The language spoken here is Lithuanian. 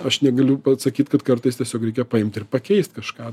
aš negaliu pasakyt kad kartais tiesiog reikia paimti ir pakeist kažką